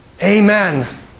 Amen